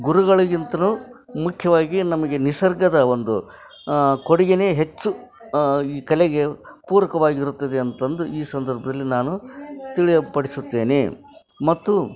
ಗುರುಗಳಿಗಿಂತಲೂ ಮುಖ್ಯವಾಗಿ ನಮಗೆ ನಿಸರ್ಗದ ಒಂದು ಕೊಡುಗೆಯೇ ಹೆಚ್ಚು ಈ ಕಲೆಗೆ ಪೂರಕವಾಗಿರುತ್ತದೆ ಅಂತಂದು ಈ ಸಂದರ್ಭದದಲ್ಲಿ ನಾನು ತಿಳಿಯಪಡಿಸುತ್ತೇನೆ ಮತ್ತು